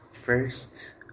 First